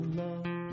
love